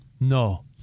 no